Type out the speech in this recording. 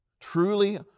truly